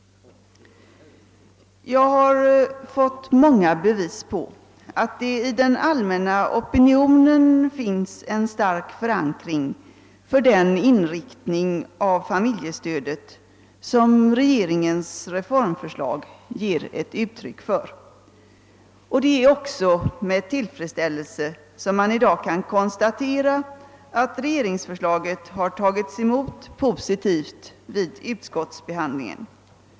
Jag har fått många bevis på att det ute bland allmänheten finns en stark förankring för den inriktning av familjestödet som regeringens reformförslag är ett uttryck för. Jag har också med tillfredsställelse konstaterat att regeringsförslaget har behandlats positivt av utskottet.